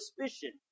suspicion